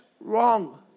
Wrong